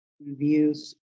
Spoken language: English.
views